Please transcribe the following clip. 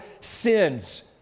sins